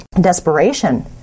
desperation